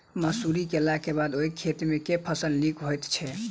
मसूरी केलाक बाद ओई खेत मे केँ फसल नीक होइत छै?